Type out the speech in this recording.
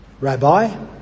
Rabbi